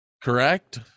correct